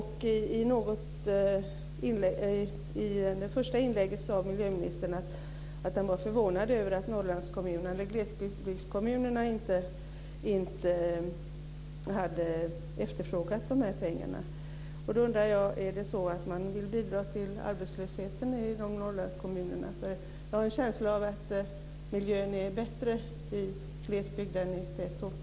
I sitt första inlägg sade miljöministern att han var förvånad över att Norrlandskommunerna, glesbygdskommunerna inte har efterfrågat pengarna. Då undrar jag om det är så att man vill bidra till arbetslösheten i Norrlandskommunerna, för jag har en känsla av att miljön är bättre i glesbygd än i tätort.